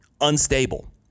unstable